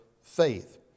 faith